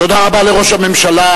תודה רבה לראש הממשלה.